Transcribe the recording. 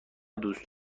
دوست